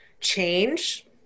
change